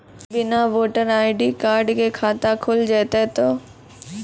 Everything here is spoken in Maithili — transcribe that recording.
बिना वोटर आई.डी कार्ड के खाता खुल जैते तो?